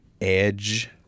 edge